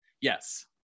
Yes